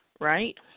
right